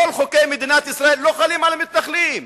כל חוקי מדינת ישראל לא חלים על המתנחלים.